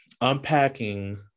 unpacking